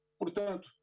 portanto